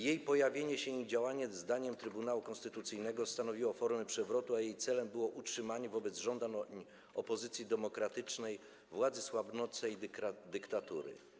Jej pojawienie się i działanie zdaniem Trybunału Konstytucyjnego stanowiło formę przewrotu, a jej celem było utrzymanie wobec żądań opozycji demokratycznej władzy słabnącej dyktatury.